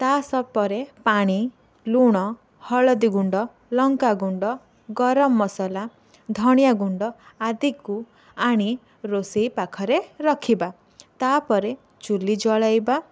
ତା'ସହ ପରେ ପାଣି ଲୁଣ ହଳଦୀ ଗୁଣ୍ଡ ଲଙ୍କାଗୁଣ୍ଡ ଗରମ ମସଲା ଧଣିଆ ଗୁଣ୍ଡ ଆଦିକୁ ଆଣି ରୋଷେଇ ପାଖରେ ରଖିବା ତାପରେ ଚୁଲି ଜଳାଇବା